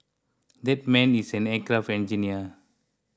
that man is an aircraft engineer